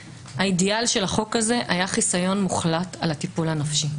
האידיאל של החוק הזה היה חיסיון מוחלט על הטיפול הנפשי.